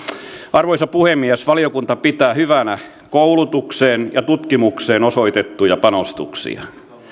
arvoisa puhemies valiokunta pitää hyvänä koulutukseen ja tutkimukseen osoitettuja panostuksia